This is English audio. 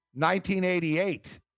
1988